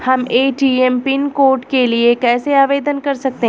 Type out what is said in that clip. हम ATM pin code के लिए कैसे आवेदन कर सकते हैं?